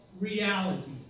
reality